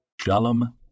Shalom